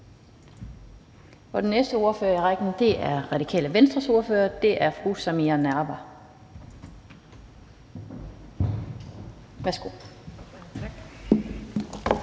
Den næste ordfører i rækken er Radikale Venstres ordfører, og det er fru Samira Nawa.